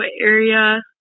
area